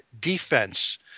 defense